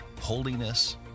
holiness